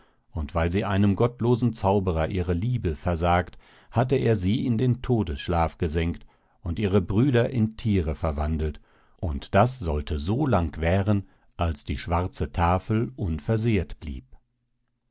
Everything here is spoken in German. und weil sie einem gottlosen zauberer ihre liebe versagt hatte er sie in den todesschlaf gesenkt und ihre brüder in thiere verwandelt und das sollte so lang währen als die schwarze tafel unversehrt blieb